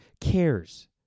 cares